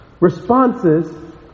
Responses